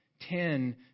Ten